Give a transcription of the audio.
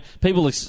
People